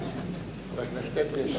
חבר הכנסת אדרי.